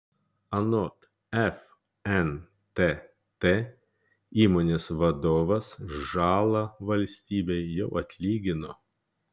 anot fntt įmonės vadovas žalą valstybei jau atlygino